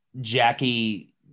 Jackie